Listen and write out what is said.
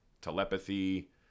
Telepathy